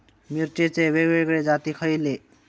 मिरचीचे वेगवेगळे जाती खयले?